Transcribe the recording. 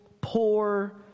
poor